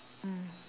mm